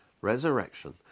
resurrection